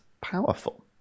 powerful